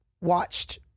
watched